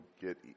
get